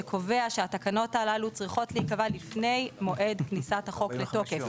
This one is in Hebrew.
שקובע שהתקנות הללו צריכות להיקבע לפני מועד כניסת החוק לתוקף.